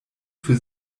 für